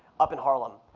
up in harlem.